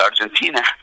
Argentina